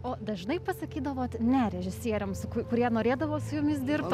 o dažnai pasakydavot ne režisieriams kurie norėdavo su jumis dirbt